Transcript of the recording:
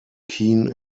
keen